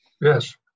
Yes